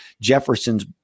Jefferson's